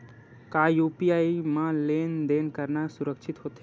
का यू.पी.आई म लेन देन करना सुरक्षित होथे?